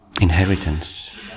inheritance